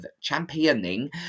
championing